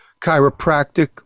chiropractic